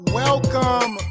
welcome